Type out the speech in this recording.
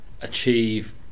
achieve